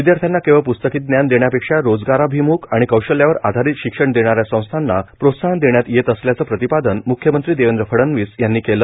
विदयार्थ्यांना केवळ प्स्तकी ज्ञान देण्यापेक्षा रोजगाराभिमुख आणि कौशल्यावर आधारित शिक्षण देणाऱ्या संस्थांना प्रोत्साहन देण्यात येत असल्याचे प्रतिपादन मुख्यमंत्री देवेंद्र फडणवीस यांनी केले